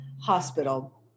hospital